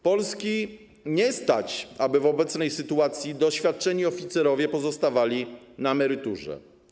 Polski nie stać, aby w obecnej sytuacji doświadczeni oficerowie pozostawali na emeryturze.